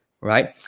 right